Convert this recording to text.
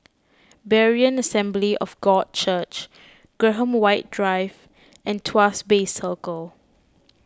Berean Assembly of God Church Graham White Drive and Tuas Bay Circle